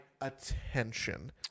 attention